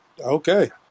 Okay